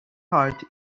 heart